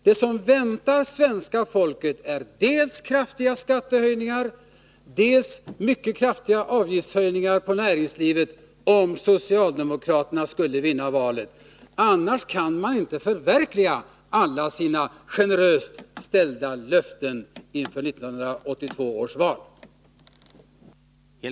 Det som väntar svenska folket är dels kraftiga skattehöjningar, dels mycket kraftiga avgiftshöjningar på näringslivet, om socialdemokraterna skulle vinna valet. Därför kan man inte förverkliga alla sina generöst utställda löften inför 1982 års val.